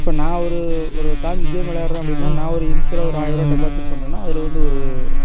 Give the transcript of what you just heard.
இப்போ நான் ஒரு ஒரு காம் கேம் விளாடுறேன் அப்படினா நா ஒரு இன்சியலாக ஒரு ஆயிரூவா டெப்பாசிட் பண்ணுறனா அதில் வந்து ஒரு